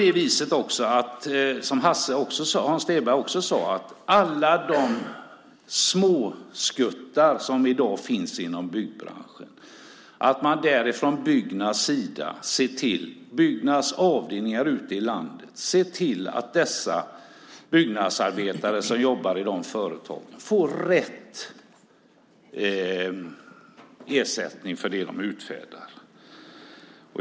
Det är också så som Hasse, Hans Stenberg, sade: När det gäller alla de småskuttare som i dag finns inom byggbranschen ska Byggnads avdelningar ute i landet se till att de byggnadsarbetare som jobbar i de företagen får rätt ersättning för det som de utför.